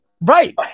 Right